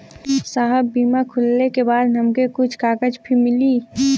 साहब बीमा खुलले के बाद हमके कुछ कागज भी मिली?